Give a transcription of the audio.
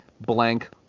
blank